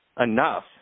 enough